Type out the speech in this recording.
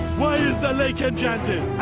why is the lake enchanted! i